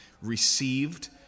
received